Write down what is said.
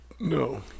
No